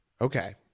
Okay